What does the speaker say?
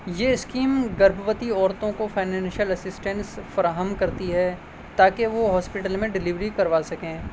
یہ اسکیم گربھوتی عورتوں کو فائنینشیل اسسٹینس فراہم کرتی ہے تا کہ وہ ہاسپٹل میں ڈیلیوری کروا سکیں